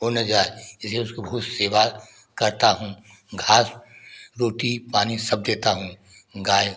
हो न जाए इसलिए उसको ख़ुद सेवा करता हूँ घास रोटी पानी सब देता हूँ गाय